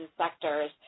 sectors